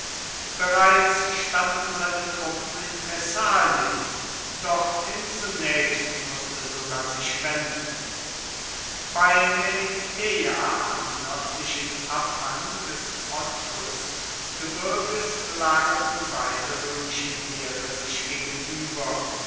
bereits standen seine truppen in thessalien dorthin zunächst mußte sulla sich wenden bei melitäa am nördlichen abhang des othrysgebirges lagerten beide römischen heere sich gegenüber